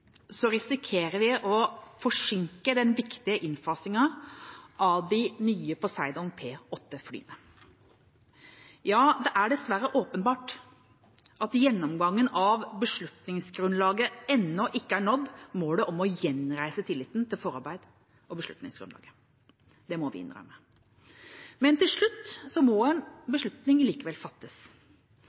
risikerer vi å forsinke den viktige innfasingen av de nye P-8 Poseidon-flyene. Ja, det er dessverre åpenbart at gjennomgangen av beslutningsgrunnlaget ennå ikke har nådd målet om å gjenreise tilliten til forarbeidet og beslutningsgrunnlaget. Det må vi innrømme. Men til slutt må en beslutning likevel fattes.